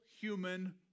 human